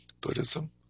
Buddhism